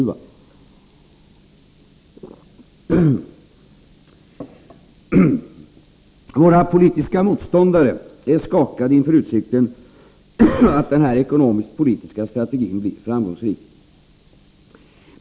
Våra politiska motståndare är skakade inför utsikten att denna ekonomisk-politiska strategi blir framgångsrik.